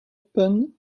pun